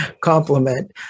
compliment